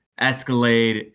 Escalade